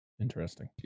Interesting